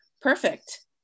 Perfect